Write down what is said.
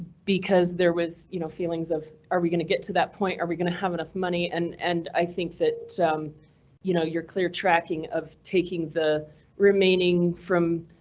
because there was no feelings of are we going to get to that point? are we going to have enough money and and i think that you know, you're clear tracking of taking the remaining from.